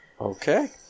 Okay